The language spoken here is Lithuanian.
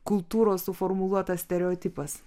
kultūros suformuluotas stereotipas